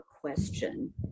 question